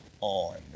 on